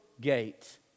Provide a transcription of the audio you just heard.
gate